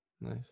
nice